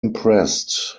impressed